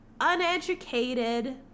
uneducated